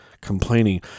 complaining